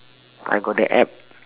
I got the app